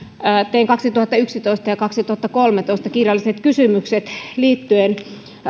tein kaksituhattayksitoista ja kaksituhattakolmetoista kirjalliset kysymykset liittyen